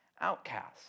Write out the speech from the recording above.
outcasts